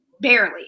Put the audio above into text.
barely